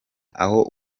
aho